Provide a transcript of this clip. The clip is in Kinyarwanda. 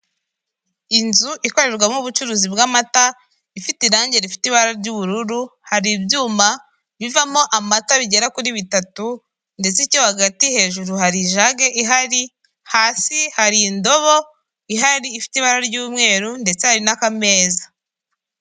Inzu ikorerwamo ubucuruzi bw'amata ifite irangi rifite ibara ry'ubururu, hari ibyuma bivamo amata bigera kuri bitatu ndetse icyo hagati hejuru hari ijage ihari, hasi hari indobo ihari ifite ibara ry'umweru ndetse hari n'akameza.